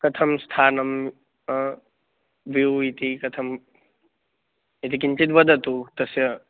कथं स्थानं व्यूव् इति कथम् इति किञ्चित् वदतु तस्य